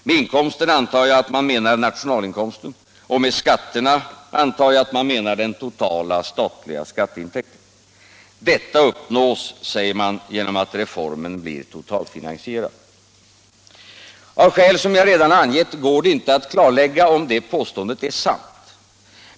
Med inkomsten antar jag att man menar nationalinkomsten och med skatterna den totala statliga skatteintäkten. Detta uppnås, säger man, genom att reformen blir totalfinansierad. Av skäl som jag redan angett går det inte att klarlägga om detta påstående är sant.